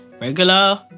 regular